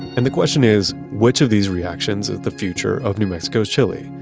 and the question is, which of these reactions is the future of new mexico's chili?